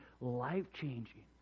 life-changing